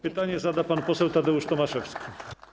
Pytanie zada pan poseł Tadeusz Tomaszewski.